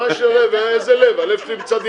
אני לא יכול,